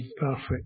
perfect